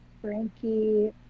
Frankie